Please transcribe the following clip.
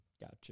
Gotcha